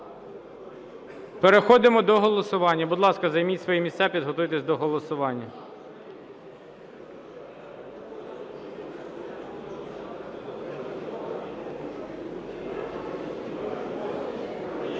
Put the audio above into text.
Переходимо до голосування. Будь ласка, займіть свої місця і підготуйтесь до голосування.